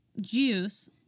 Juice